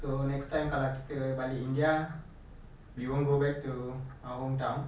so next time kalau kita balik india we won't go back to our hometown